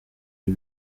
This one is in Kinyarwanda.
iyo